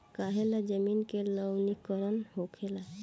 काहें ला जमीन के लवणीकरण होखेला